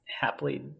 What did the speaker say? happily